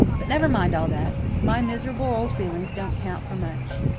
but never mind all that. my miserable old feelings don't count for much.